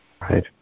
Right